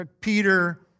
Peter